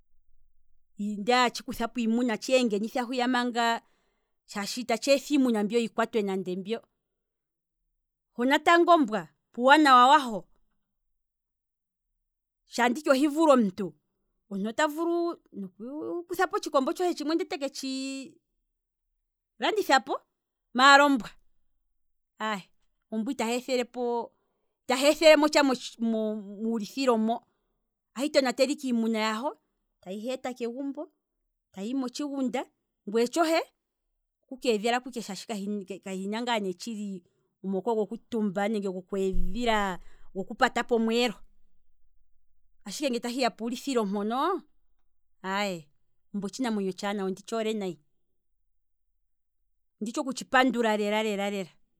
Ndele tshiku thapo iimuna ndele teye ngenitha hwiya manga, shaashi iteetha iimuna mbyoo yikwatwe nande mbyo, ho natango ombwa puuwanawa waho, sho anditi ohivule omuntu, omuntu ota vulu oku kuthapo otshikombo tshohe tshimwe ndele teke tshi landithapo, maala ombwa, aye ombwa itahi ethelemo tsha muulithilo mo, ahi tonatele ike iimuna yaho, tahi yeeta kegumbo, tayi hi motshigunda, ngweye tshohe oku keedhilako ike ngaa ne shaashi ho kahina omooko goku tumba, nenge gokweedhila nenge goku tumba pomweelo, ashike nge ta hiya puulithilo mpono aye, ombwa otshinamwenyo otshaanawa ondi thsi hole lela, onditshi okutshi pandula.